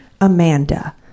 Amanda